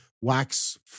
wax